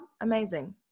amazing